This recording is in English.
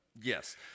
Yes